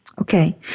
Okay